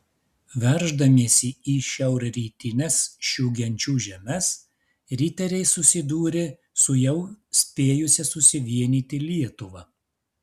verždamiesi į šiaurrytines šių genčių žemes riteriai susidūrė su jau spėjusia susivienyti lietuva